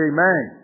Amen